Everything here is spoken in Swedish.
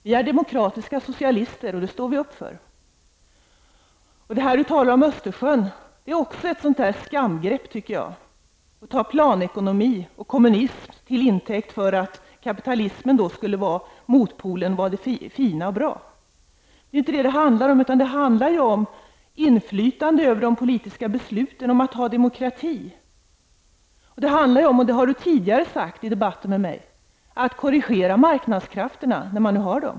Vi är demokratiska socialister, och det står vi upp för. Det som Lars Ernestam säger om Östersjön är också ett skamgrepp tycker jag, dvs. att ta planekonomi och kommunism till intäkt för att kapitalismen skulle vara motpolen, det fina och det som är bra. Det är ju inte detta det handlar om, utan det handlar om att ha inflytande över de politiska besluten och om att ha demokrati. Och det handlar även om, vilket Lars Ernestam sagt tidigare i debatter med mig, att korrigera marknadskrafterna när man nu har dem.